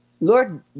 Lord